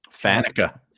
Fanica